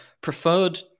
preferred